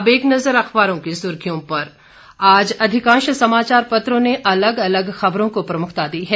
अब एक नजर अखबारों की सुर्खियों पर आज अधिकांश समाचार पत्रों ने अलग अलग खबरों को प्रमुखता दी है